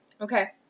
Okay